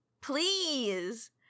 Please